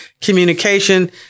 communication